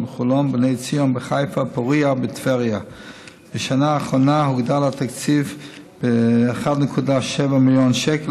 מענה לנפגעות תקיפה מינית בשבעת הימים הראשונים שלאחר הפגיעה.